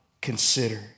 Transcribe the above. consider